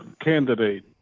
candidate